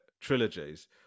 trilogies